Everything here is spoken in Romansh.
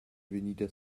vegnida